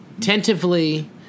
tentatively